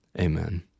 Amen